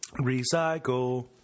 Recycle